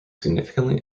significantly